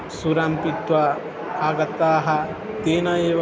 सारं पीत्वा आगताः तेन एव